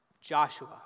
Joshua